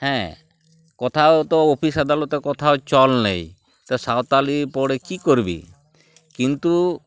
ᱦᱮᱸ ᱠᱚᱛᱟᱷᱟᱣ ᱛᱚ ᱚᱯᱷᱤᱥ ᱟᱫᱟᱞᱚᱛᱮ ᱠᱚᱛᱷᱟᱣ ᱪᱚᱞ ᱱᱮᱭ ᱛᱚ ᱥᱟᱶᱛᱟᱞᱤ ᱯᱚᱲᱮ ᱠᱤ ᱠᱚᱨᱵᱤ ᱠᱤᱱᱛᱩ